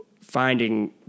finding